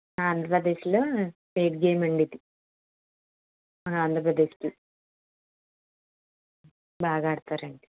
ఆంధ్రప్రదేశ్లో state game అండి ఇది మన ఆంధ్రప్రదేశ్కి బాగా ఆడతారు అండి